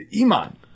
Iman